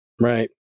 right